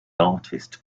artist